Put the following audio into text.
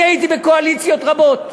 אני הייתי בקואליציות רבות,